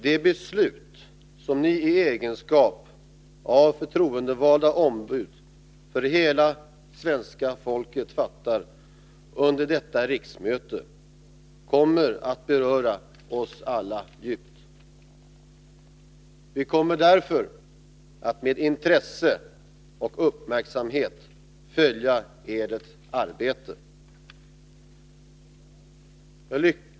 De beslut som ni i egenskap av förtroendevalda ombud för hela svenska folket fattar under detta riksmöte kommer att beröra oss alla djupt. Vi kommer därför att med intresse och uppmärksamhet följa edert arbete.